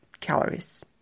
calories